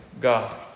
God